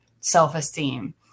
self-esteem